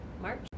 march